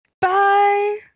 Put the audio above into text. Bye